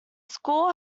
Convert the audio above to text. school